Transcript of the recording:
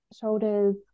shoulders